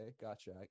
gotcha